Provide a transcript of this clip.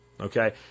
Okay